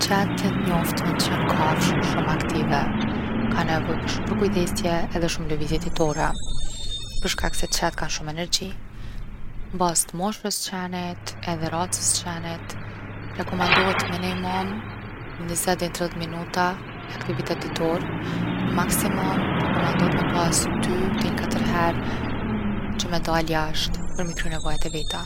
Qent jon t’njoftun qe jon kafshë shumë aktive. Kanë nevojë për shumë pëkujdesje edhe shumë lëvizje ditore për shkak se qent kan’ shumë energji. N’bazë t’moshës t’qenit edhe races t’qenit rekomandohet minimum 20 dej n’30 minuta aktivitet ditorë, n’maksimum rekomandohet me pas 2 dej n’4 her’ që me dalë jashtë për m’i kry nevojat e veta.